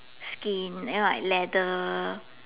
skin then like leather